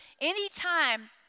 Anytime